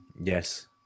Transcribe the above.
Yes